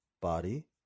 body